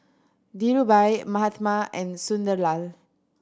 Dhirubhai Mahatma and Sunderlal